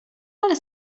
ale